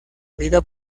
vida